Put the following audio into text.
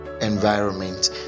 environment